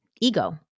ego